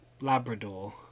Labrador